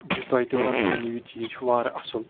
بہٕ چھُس تۄہہِ تہِ وَنان تُہۍ أنِو یہِ چیٖز یہِ چھُ وارٕ اَصٕل